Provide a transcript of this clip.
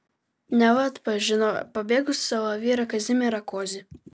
neva atpažino pabėgusį savo vyrą kazimierą kozį